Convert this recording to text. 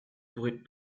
pourraient